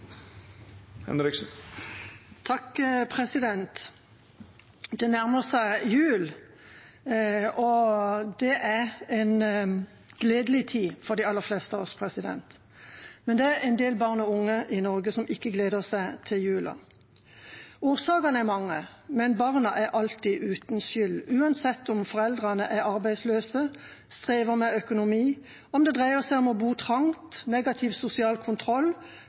Det nærmer seg jul, og det er en gledelig tid for de aller fleste av oss. Men det er en del barn og unge i Norge som ikke gleder seg til jula. Årsakene er mange, men barna er alltid uten skyld enten foreldrene er arbeidsløse, strever med økonomi, om det dreier seg om å bo trangt, negativ sosial kontroll